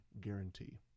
guarantee